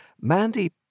Mandy